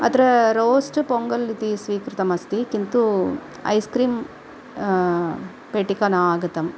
अत्र रोस्ट् पोङ्गल् इति स्वीकृतमस्ति किन्तु ऐस्क्रीम् पेटिका न आगतं